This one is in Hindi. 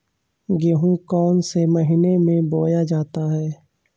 गेहूँ कौन से महीने में बोया जाता है?